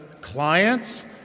clients